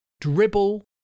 dribble